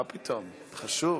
מה פתאום, זה חשוב.